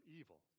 evil